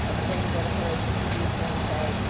ah then you go to her as the producer and say,